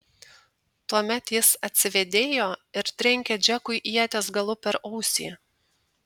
tuomet jis atsivėdėjo ir trenkė džekui ieties galu per ausį